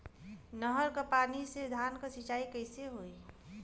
नहर क पानी से धान क सिंचाई कईसे होई?